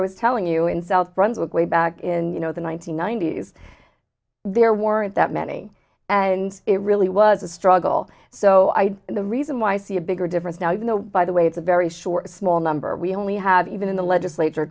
i was telling you in south brunswick way back in the one nine hundred ninety s there weren't that many and it really was a struggle so i the reason why i see a bigger difference now you know by the way it's a very short small number we only have even in the legislature